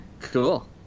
Cool